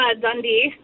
Dundee